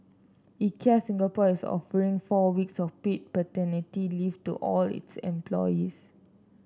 Ikea Singapore is offering four weeks of paid paternity leave to all its employees